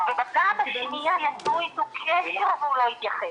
ובפעם השניה יצרו איתו קשר והוא לא התייחס.